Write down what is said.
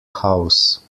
house